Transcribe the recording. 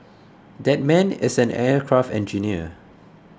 that man is an aircraft engineer